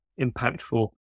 impactful